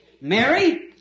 Mary